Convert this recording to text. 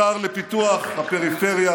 השר לפיתוח הפריפריה,